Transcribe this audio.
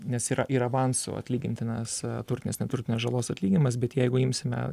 nes yra ir avansu atlygintinas turtinės neturtinės žalos atlyginimas bet jeigu imsime